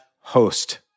host